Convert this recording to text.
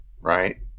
right